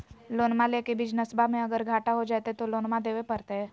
लोनमा लेके बिजनसबा मे अगर घाटा हो जयते तो लोनमा देवे परते?